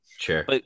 Sure